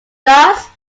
thus